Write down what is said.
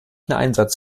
einsatz